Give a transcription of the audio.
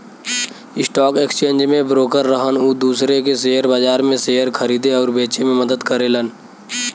stock exchange में broker रहन उ दूसरे के शेयर बाजार में शेयर खरीदे आउर बेचे में मदद करेलन